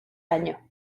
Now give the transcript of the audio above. año